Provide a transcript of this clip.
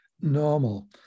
normal